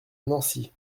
nancy